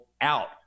out